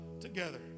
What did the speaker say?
together